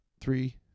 Three